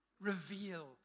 reveal